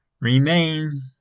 remain